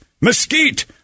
mesquite